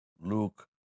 Luke